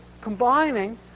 combining